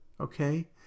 okay